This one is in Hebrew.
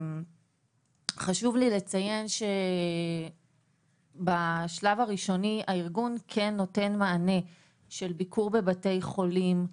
חשוב לציין שבשלב הראשוני הארגון נותן מענה של ביקור בבתי חולים,